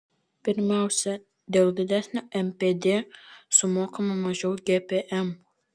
pirmiausia dėl didesnio npd sumokama mažiau gpm